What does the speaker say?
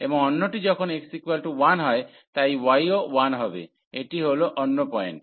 এবং অন্যটি যখন x 1 হয় তাই y ও 1 হবে এটি হল অন্য পয়েন্ট